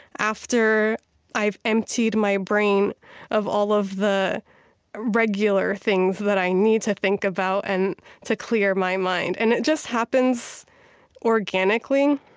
after i've emptied my brain of all of the regular things that i need to think about and to clear my mind. and it just happens organically,